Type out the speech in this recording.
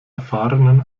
erfahrenen